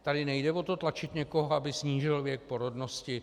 Tady nejde o to tlačit někoho, aby snížil věk porodnosti.